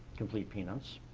complete peanuts.